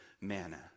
manna